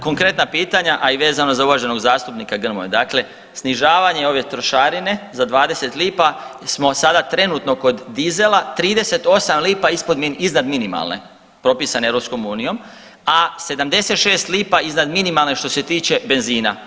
Konkretna pitanja, a i vezano za uvaženog zastupnika Grmoju, dakle snižavanje ove trošarine za 20 lipa smo sada trenutno kod dizela 38 lipa iznad minimalne propisane EU, a 76 lipa iznad minimalne što se tiče benzina.